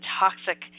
toxic